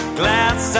glass